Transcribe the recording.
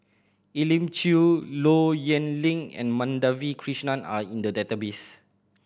Elim Chew Low Yen Ling and Madhavi Krishnan are in the database